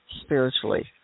Spiritually